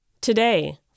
Today